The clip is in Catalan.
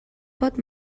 pot